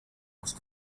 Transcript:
los